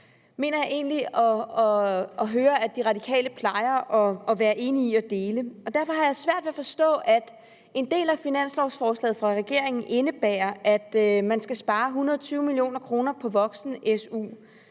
mener jeg egentlig at høre at De Radikale plejer at være enige i, og derfor har jeg svært ved at forstå, at en del af finanslovsforslaget fra regeringen indebærer, at man skal spare 120 mio. kr. på voksen-SU.